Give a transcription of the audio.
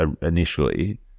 initially